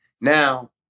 now